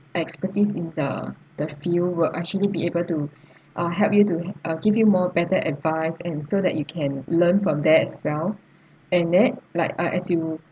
expertise in the the field will actually be able to ah help you to ah give you more better advice and so that you can learn from there as well and then like uh as you